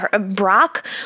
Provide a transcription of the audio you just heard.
Brock